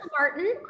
Martin